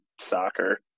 soccer